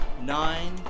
nine